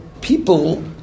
people